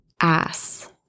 ass